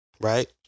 Right